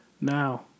now